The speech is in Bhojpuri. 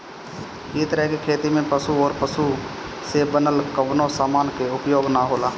इ तरह के खेती में पशु अउरी पशु से बनल कवनो समान के उपयोग ना होला